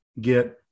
get